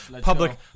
Public